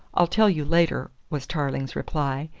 i'll tell you later, was tarling's reply.